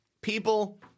people